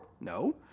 No